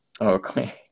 Okay